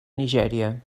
nigèria